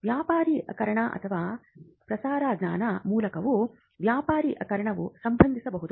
ವ್ಯಾಪಾರೀಕರಣ ಅಥವಾ ಪ್ರಸಾರ ಜ್ಞಾನ ಮೂಲಕವೂ ವ್ಯಾಪಾರೀಕರಣವು ಸಂಭವಿಸಬಹುದು